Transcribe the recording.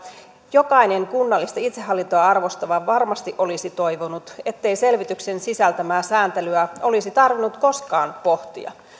jokainen kunnallista itsehallintoa arvostava varmasti olisi toivonut ettei selvityksen sisältämää sääntelyä olisi tarvinnut koskaan pohtia tämä on